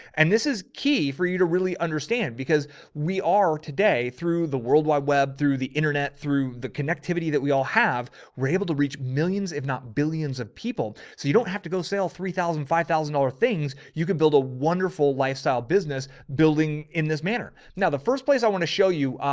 and this is key for you to really understand, because we are today through the worldwide web, through the internet, through the connectivity that we all have, we're able to reach reach millions, if not billions of people. so you don't have to go sell three thousand, five thousand dollars things. you can build a wonderful lifestyle business building in this manner. now, the first place i want to show you,